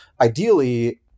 Ideally